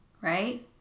right